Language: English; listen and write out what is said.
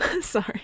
Sorry